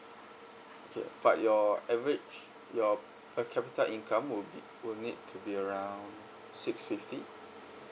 okay but your average your per capita income will be will need to be around six fifty